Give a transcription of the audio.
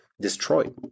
destroyed